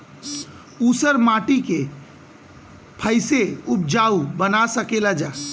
ऊसर माटी के फैसे उपजाऊ बना सकेला जा?